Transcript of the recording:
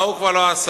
מה הוא כבר לא עשה?